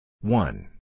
one